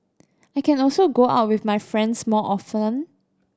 I can also go out with my friends more often